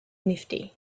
nifty